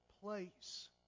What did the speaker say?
place